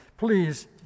Please